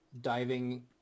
diving